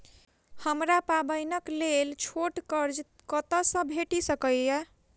हमरा पाबैनक लेल छोट कर्ज कतऽ सँ भेटि सकैये?